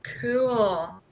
Cool